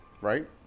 right